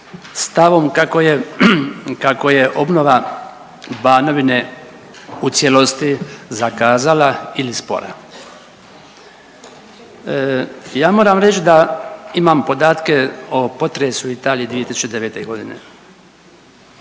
je, kako je obnova Banovina u cijelosti zakazala ili spora. Ja moram reći da imam podatke o potresu u Italiji 2009. godine